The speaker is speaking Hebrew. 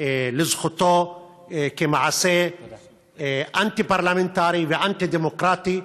לזכותו כמעשה אנטי-פרלמנטרי ואנטי-דמוקרטי.